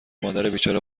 مادربیچاره